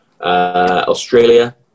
Australia